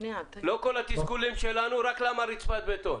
תגיד לנו למה רצפת בטון